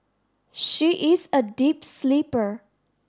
she is a deep sleeper